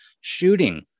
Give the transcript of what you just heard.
shooting